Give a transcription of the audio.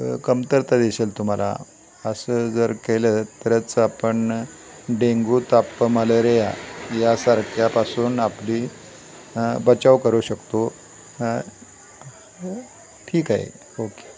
कमतरता दिसेल तुम्हाला असं जर केलं तरच आपण डेंगू ताप मलेरिया यासारख्यापासून आपली बचाव करू शकतो ठीक आहे ओके